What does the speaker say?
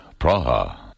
Praha